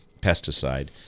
pesticide